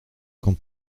quand